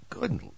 good